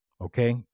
Okay